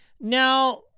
Now